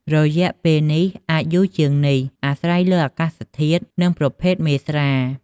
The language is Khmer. រយៈពេលនេះអាចយូរជាងនេះ អាស្រ័យលើអាកាសធាតុ និងប្រភេទមេស្រា។